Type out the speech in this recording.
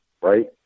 Right